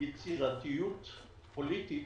בשל יצירתיות פוליטית,